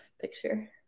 picture